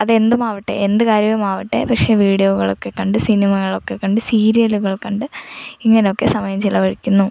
അത് എന്തും ആവട്ടെ എന്ത് കാര്യവും ആവട്ടെ പക്ഷെ വീഡിയോകളൊക്കെ കണ്ട് സിനിമകളൊക്കെ കണ്ട് സീരിയലുകൾ കണ്ട് ഇങ്ങനെയൊക്കെ സമയം ചിലവഴിക്കുന്നു